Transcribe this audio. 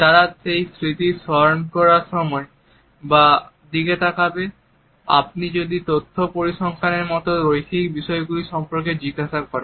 তারা সেই স্মৃতি স্মরণ করার সময় বা দিকে তাকাবে আপনি যদি তথ্য পরিসংখ্যান এর মতন রৈখিক বিষয়গুলি সম্পর্কে জিজ্ঞেস করেন